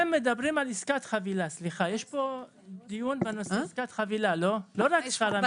אתם מדברים על עסקת חבילה, לא רק שכר המינימום.